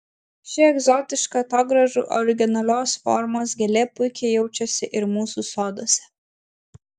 ši egzotiška atogrąžų originalios formos gėlė puikiai jaučiasi ir mūsų soduose